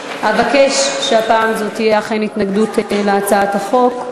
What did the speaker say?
אבקש שהפעם זו תהיה אכן התנגדות להצעת החוק.